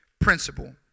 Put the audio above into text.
principle